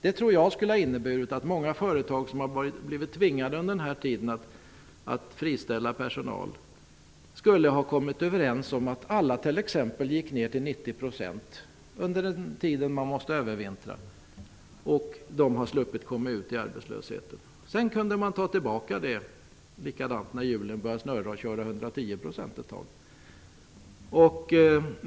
Det tror jag skulle ha inneburit att man på många företag som under denna tid har blivit tvingade att friställa personal i stället skulle ha kommit överens om att alla gick ned till t.ex. 90 % under den tid företaget måste ''övervintra''. De anställda skulle ha sluppit komma ut i arbetslösheten. När hjulen började snurra kunde man ta tillbaka det och köra 110 % ett tag.